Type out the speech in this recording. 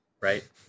right